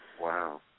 Wow